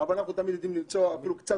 אבל אנחנו תמיד יודעים למצוא אפילו קצת